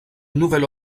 nouvelle